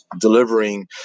delivering